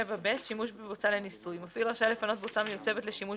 7בשימוש בבוצה לניסוי מפעיל רשאי לפנות בוצה מיוצבת לשימוש